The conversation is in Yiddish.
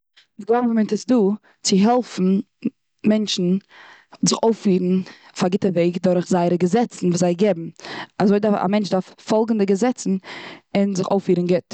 גאווערמענט איז דא צו העלפן מענטשן זיך אויפירן אויף א גוטע וועג דורך זייער געזעצן וואס זיי גיבן. אזוי דארף, א מענטש דארף פאלגן די געזעצן און זיך אויפירן גוט.